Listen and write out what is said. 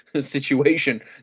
situation